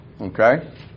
Okay